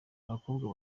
abakobwa